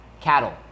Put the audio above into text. cattle